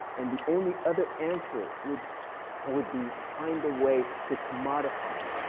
and the only other answer would would be to find a way to commodify it.